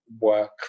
work